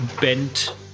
bent